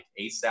ASAP